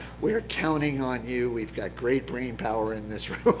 we're counting on you, we've got great brain power in this room.